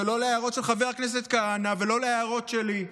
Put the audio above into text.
לא להערות של חבר הכנסת כהנא ולא להערות שלי.